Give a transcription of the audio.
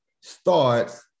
starts